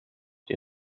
you